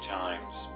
times